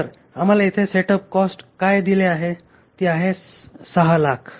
तर आम्हाला येथे सेटअप कॉस्ट काय दिल जाते ती आहे 600000